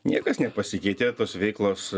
niekas nepasikeitė tos veiklos